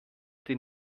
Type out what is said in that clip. den